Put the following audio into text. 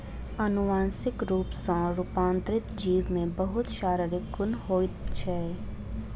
अनुवांशिक रूप सॅ रूपांतरित जीव में बहुत शारीरिक गुण होइत छै